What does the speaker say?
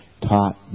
taught